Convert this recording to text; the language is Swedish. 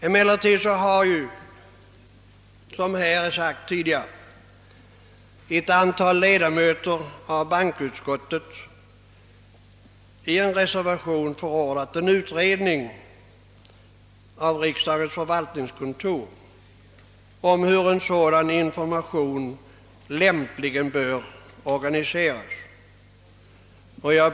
Emellertid har, som här tidigare framhållits, ett antal ledamöter av bankoutskottet i en reservation förordat en utredning av riksdagens förvaltningskontor om hur en sådan information lämpligen bör organiseras. Herr talman!